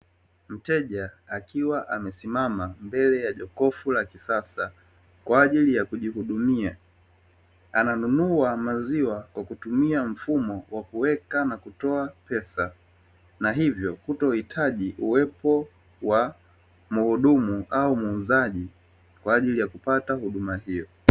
Mteja akiwa amesimama mbele ya jokofu la kisasa kwa ajili ya kujihudumia, ananunua maziwa kwa kutumia mfumo wa kuweka na kutoa pesa, na hivyo kutohitaji uwepo wa mhudumu au muuzaji kwa ajili ya kupata huduma hiyo.